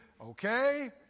Okay